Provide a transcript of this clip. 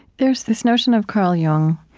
there's this notion of carl jung,